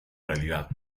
realidad